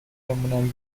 برمونن